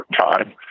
time